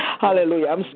Hallelujah